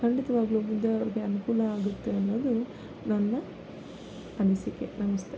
ಖಂಡಿತವಾಗಲೂ ಮುಂದೆ ಅವ್ರಿಗೆ ಅನುಕೂಲ ಆಗುತ್ತೆ ಅನ್ನೋದು ನನ್ನ ಅನಿಸಿಕೆ ನಮಸ್ತೆ